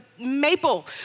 maple